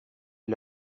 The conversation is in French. est